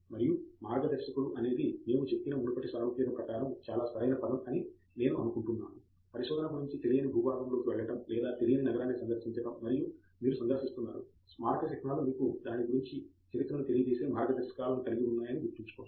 మరియు మార్గదర్శకుడు అనేది మేము చెప్పిన మునుపటి సారూప్యత ప్రకారం చాలా సరైన పదం అని నేను అనుకుంటున్నాను పరిశోధన గురించి తెలియని భూభాగంలోకి వెళ్లడం లేదా తెలియని నగరాన్ని సందర్శించడం మరియు మీరు సందర్శిస్తున్నారు స్మారక చిహ్నాలు మీకు దాని గురించి చరిత్రను తెలియజేసే మార్గదర్శకాలను కలిగి ఉన్నాయని గుర్తుంచుకోండి